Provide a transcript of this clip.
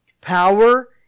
power